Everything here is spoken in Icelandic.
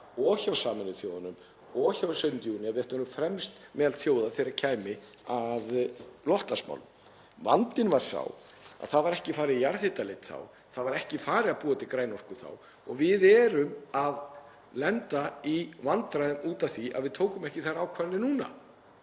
og hjá Sameinuðu þjóðunum og hér á 17. júní að við ættum að vera fremst meðal þjóða þegar kæmi að loftslagsmálum. Vandinn var sá að það var ekki farið í jarðhitaleit þá, það var ekki farið í að búa til græna orku þá og við erum að lenda í vandræðum núna út af því að við tókum ekki þær ákvarðanir.